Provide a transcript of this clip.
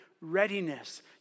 readiness